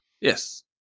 Yes